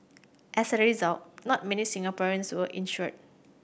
as a result not many Singaporeans were insured